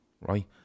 right